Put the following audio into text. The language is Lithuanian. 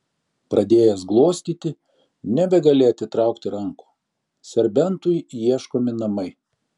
pradėjęs glostyti nebegali atitraukti rankų serbentui ieškomi namai